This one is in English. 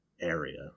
area